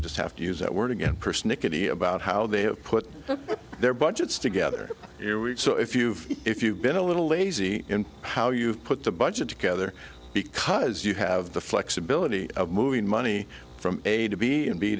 just have to use that word again persnickety about how they have put their budgets together so if you've if you've been a little lazy in how you put the budget together because you have the flexibility of moving money from a to b and b